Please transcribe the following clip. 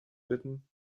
bitten